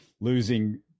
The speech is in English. losing